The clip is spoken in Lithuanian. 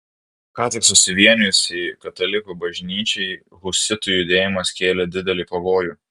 ką tik susivienijusiai katalikų bažnyčiai husitų judėjimas kėlė didelį pavojų